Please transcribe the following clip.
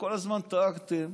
כל הזמן טענתם